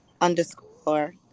underscore